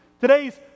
today's